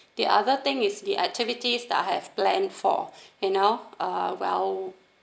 the other thing is the activities that I have planned for you know uh well